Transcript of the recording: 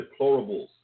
deplorables